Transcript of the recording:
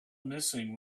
missing